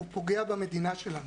הוא פוגע במדינה שלנו.